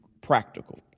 practical